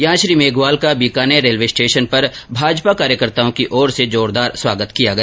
यहां श्री मेघवाल का Bikaner railway station पर भाजपा कार्यकर्ताओं की ओर से जोरदार स्वागत किया गया